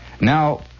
Now